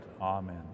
amen